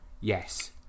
Yes